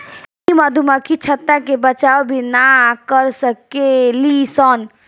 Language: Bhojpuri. इ मधुमक्खी छत्ता के बचाव भी ना कर सकेली सन